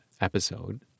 episode